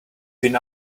been